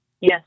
Yes